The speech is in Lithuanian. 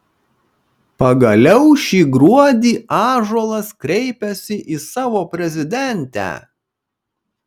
pagaliau šį gruodį ąžuolas kreipiasi į savo prezidentę